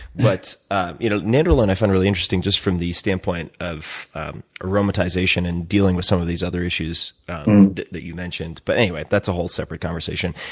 but you know nandrolone i find really interesting just from the standpoint of aromatization and dealing with some of these other issues that that you mentioned. but anyway, that's a whole separate conversation.